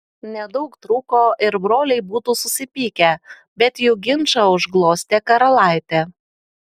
nedaug trūko ir broliai būtų susipykę bet jų ginčą užglostė karalaitė